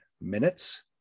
minutes